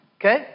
Okay